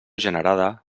generada